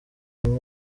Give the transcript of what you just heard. umwe